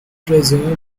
presumably